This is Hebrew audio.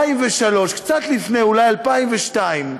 2003, קצת לפני, אולי 2002,